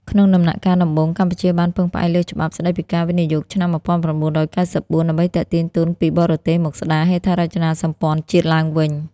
ក្នុងដំណាក់កាលដំបូង កម្ពុជាបានពឹងផ្អែកលើច្បាប់ស្ដីពីការវិនិយោគឆ្នាំ ១៩៩៤ ដើម្បីទាក់ទាញទុនពីបរទេសមកស្ដារហេដ្ឋារចនាសម្ព័ន្ធជាតិឡើងវិញ។